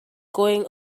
going